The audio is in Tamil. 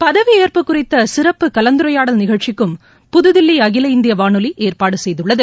பதவியேற்பு குறித்த சிறப்பு கலந்துரையாடல் நிகழ்ச்சிக்கும் புதுதில்லி அகில இந்திய வானொலி ஏற்பாடு செய்துள்ளது